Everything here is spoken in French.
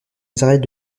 israël